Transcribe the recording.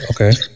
okay